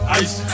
ice